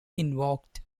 invoked